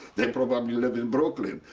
they probably lived in brooklyn.